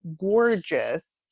gorgeous